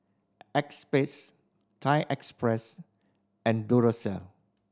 Acexspade Thai Express and Duracell